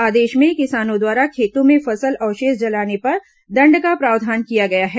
आदेश में किसानों द्वारा खेतों में फसल अवशेष जलाने पर दंड का प्रावधान किया गया है